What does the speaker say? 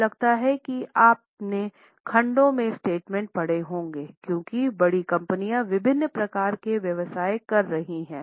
मुझे लगता है कि आपने खंडों के स्टेटमेंट पढ़े होंगे क्योंकि बड़ी कंपनियाँ विभिन्न प्रकार के व्यवसाय कर रही हैं